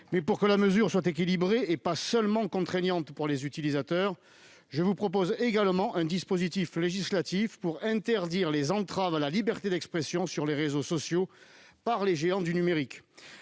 pour que la mesure soit équilibrée et pas seulement contraignante pour les utilisateurs, je vous propose également un dispositif législatif visant à interdire les entraves à la liberté d'expression sur les réseaux sociaux par les géants du numérique.